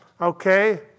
okay